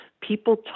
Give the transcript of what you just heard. people